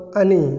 ani